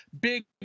big